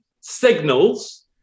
signals